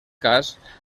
cas